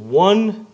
one